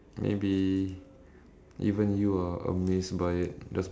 oh sure ya that that is pretty impre~ impressive ya